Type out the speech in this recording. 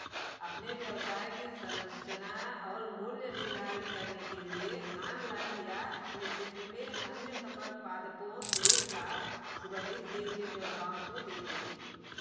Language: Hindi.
अपने व्यवसाय की संरचना और मूल्य निर्धारित करने के लिए आनलाइन या अपने क्षेत्र में अन्य सफल पादपों से प्राप्त सुगंधित तेल के व्यवसायों को देखें